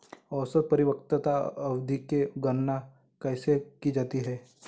औसत परिपक्वता अवधि की गणना कैसे की जाती है?